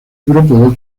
libro